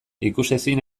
ikusezin